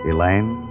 Elaine